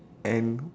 and